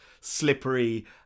Slippery